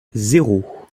zéro